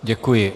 Děkuji.